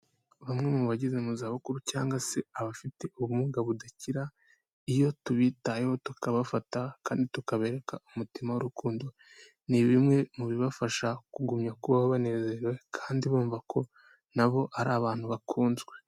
Bamwe mu bageze mu za bukuru cyangwa se abafite ubumuga budakira, iyo tubitayeho tukabafata kandi tukabereka umutima w'urukundo, ni bimwe mu bibafasha kugumya kubaho banezerewe kandi bumva ko na bo ari abantu bakunzwe.